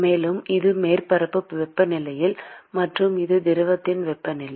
மேலும் இது மேற்பரப்பு வெப்பநிலை மற்றும் இது திரவத்தின் வெப்பநிலை